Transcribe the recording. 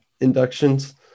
inductions